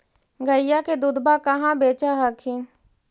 गईया के दूधबा कहा बेच हखिन?